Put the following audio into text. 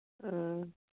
ꯎꯝ